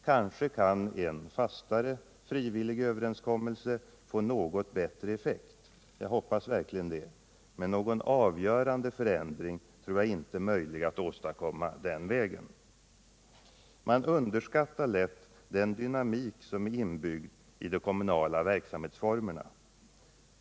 Kanske kan en fastare, frivillig överenskommelse få något bättre effekt — jag hoppas verkligen det —- men någon avgörande förändring tror jag inte är möjlig att åstadkomma den vägen. Man underskattar lätt den dynamik som är inbyggd i de kommunala verksamhetsformerna.